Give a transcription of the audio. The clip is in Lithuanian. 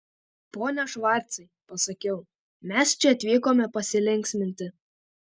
pone švarcai pasakiau mes čia atvykome pasilinksminti